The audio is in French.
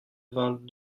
vingt